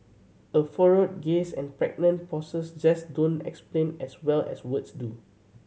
a furrowed gaze and pregnant pauses just don't explain as well as words do